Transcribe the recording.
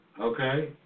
Okay